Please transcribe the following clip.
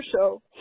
show